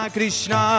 Krishna